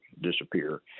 disappear